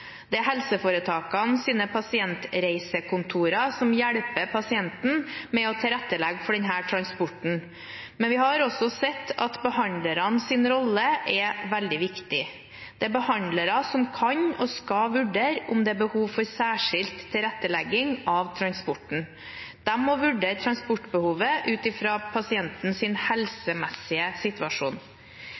Det er helseforetakenes pasientreisekontor som hjelper pasienten med å tilrettelegge for transporten. Men vi har også sett at behandlernes rolle er veldig viktig. Det er behandlerne som kan og skal vurdere om det er behov for særskilt tilrettelegging av transporten. De må vurdere transportbehovet ut fra pasientens helsemessige situasjon.